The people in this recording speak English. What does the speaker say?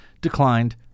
declined